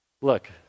Look